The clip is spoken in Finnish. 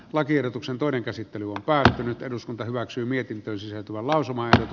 lakiehdotuksen toinen käsittely on päättänyt eduskunta hyväksyi mietintönsä tuo lausumaan